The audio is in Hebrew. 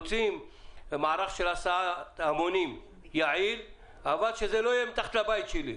רוצים מערך יעיל של הסעת המונים אבל שזה לא יהיה מתחת לבית שלהם,